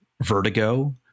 Vertigo